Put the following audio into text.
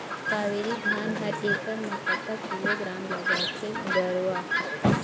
कावेरी धान हर एकड़ म कतक किलोग्राम लगाथें गरवा?